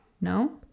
no